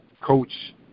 Coach